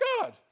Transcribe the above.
God